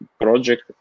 project